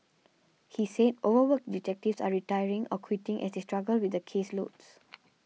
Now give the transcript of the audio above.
he said overworked detectives are retiring or quitting as they struggle with the caseloads